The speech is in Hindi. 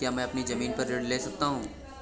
क्या मैं अपनी ज़मीन पर ऋण ले सकता हूँ?